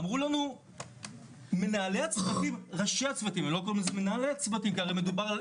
אמרו לנו ראשי הצוותים מדובר על